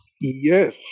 Yes